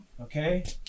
Okay